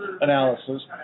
analysis